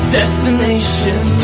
destination